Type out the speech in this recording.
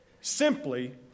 Simply